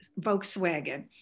Volkswagen